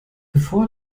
bevor